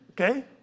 Okay